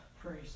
Praise